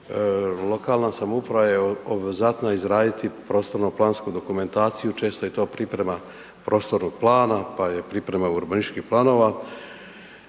lokalna samouprava je obvezatna izraditi prostorno-plansku dokumentaciju, često je to priprema prostornog plana pa je priprema urbanističkih planova,